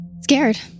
Scared